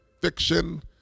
fiction